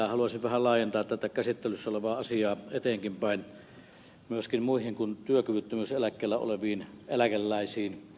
haluaisin vähän laajentaa tätä käsittelyssä olevaa asiaa eteenkinpäin myöskin muihin kuin työkyvyttömyyseläkkeellä oleviin eläkeläisiin